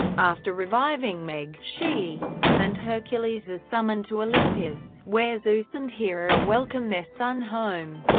after reviving meg, she and hercules are summoned to olympus, where zeus and hera welcome their son home.